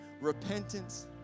repentance